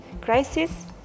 crisis